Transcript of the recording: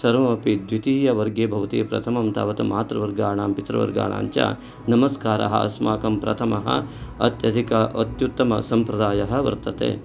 सर्वमपि द्वितीयवर्गे भवति प्रथमं तावत् मातृवर्गाणां पितृवर्गाणाञ्च नमस्कारः अस्माकं प्रथमः अत्यधिक अत्युत्तमसम्प्रदायः वर्तते